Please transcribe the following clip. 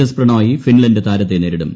S Prannoy Finland താരത്തെ നേരിടും